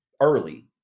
early